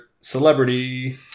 celebrity